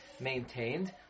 maintained